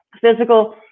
physical